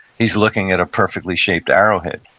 he's looking at a perfectly shaped arrowhead